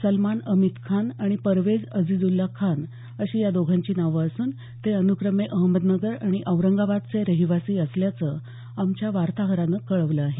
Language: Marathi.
सलमान अमित खान आणि परवेज अजीजउल्ला खान अशी या दोघांची नावं असून ते अनुक्रमे अहमदनगर आणि औरंगाबादचे रहिवासी असल्याचं आमच्या वार्ताहरानं कळवलं आहे